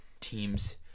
teams